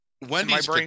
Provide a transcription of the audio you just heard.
Wendy's